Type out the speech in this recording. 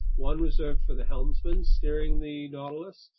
one reserved for the helmsman steering the nautilus,